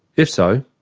if so,